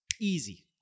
easy